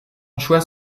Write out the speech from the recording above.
choix